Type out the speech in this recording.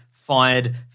Fired